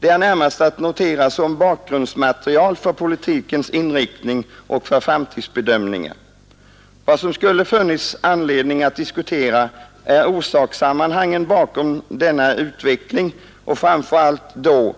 Det är närmast att betrakta som bakgrundsmaterial för politikens inriktning och för framtidsbedömningar. Vad det skulle finnas anledning att diskutera är orsakssammanhangen bakom denna utveckling och framför allt då